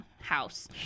House